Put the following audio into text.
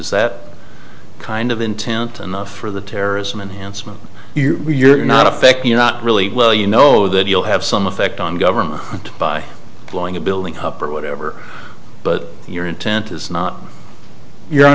is that kind of intent and for the terrorism enhancement you're not affect you not really well you know that you'll have some effect on government by blowing a building up or whatever but your intent is not your